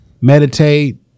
meditate